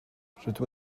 rydw